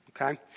okay